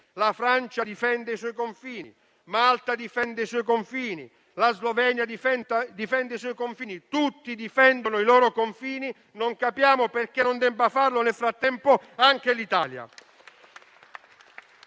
la Francia difende i suoi confini, Malta difende i suoi confini, la Slovenia difende i suoi confini; tutti difendono i loro confini, non capiamo perché non debba farlo nel frattempo anche l'Italia